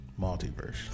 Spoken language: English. Multiverse